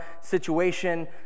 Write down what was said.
situation